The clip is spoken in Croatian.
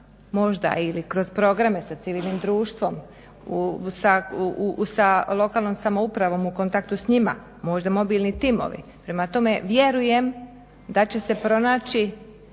možda ili kroz programe sa civilnim društvom, sa lokalnom samoupravom, u kontaktu s njima, možda mobilni timovi. Prema tome, vjerujem da će se pronaći